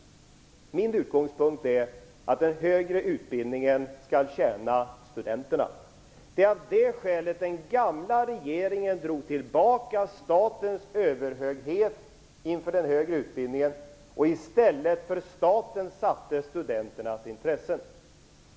Min utgångspunkt är att den högre utbildningen skall tjäna studenterna. Det är av det skälet den gamla regeringen drog tillbaka statens överhöghet inför den högre utbildningen och i stället för staten satte studenternas intressen.